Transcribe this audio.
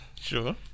Sure